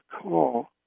call